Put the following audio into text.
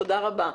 תודה רבה.